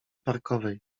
parkowej